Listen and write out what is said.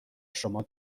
شما